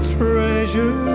treasure